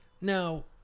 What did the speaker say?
Now